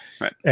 Right